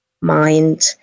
mind